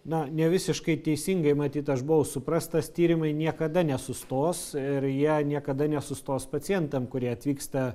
na ne visiškai teisingai matyt aš buvau suprastas tyrimai niekada nesustos ir jie niekada nesustos pacientam kurie atvyksta